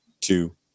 two